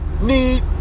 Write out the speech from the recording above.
need